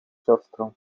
siostrą